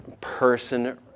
person